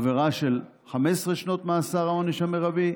עבירה של 15 שנות מאסר עונש מרבי,